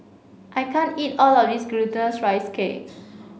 I can't eat all of this Glutinous Rice Cake